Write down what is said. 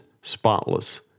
spotless